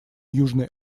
южной